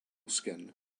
skin